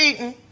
eatin'.